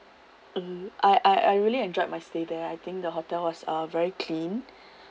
mmhmm I I I really enjoyed my stay there I think the hotel was uh very clean